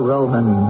Roman